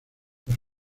los